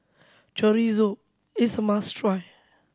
Chorizo is a must try